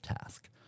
task